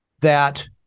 that-